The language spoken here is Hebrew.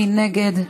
מי נגד?